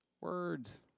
Words